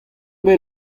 bet